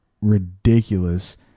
ridiculous